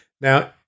Now